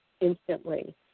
instantly